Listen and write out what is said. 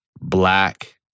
black